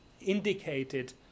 indicated